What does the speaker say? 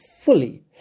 fully